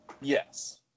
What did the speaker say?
Yes